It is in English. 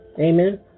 Amen